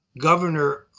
Governor